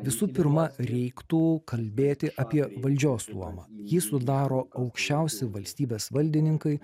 visų pirma reiktų kalbėti apie valdžios luomą jį sudaro aukščiausi valstybės valdininkai